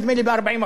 ב-40%;